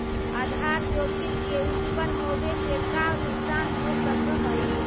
आधार जोखिम के उत्तपन होवे से का नुकसान हो सकऽ हई?